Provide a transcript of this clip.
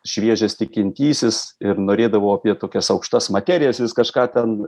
šviežias tikintysis ir norėdavau apie tokias aukštas materijas jis kažką ten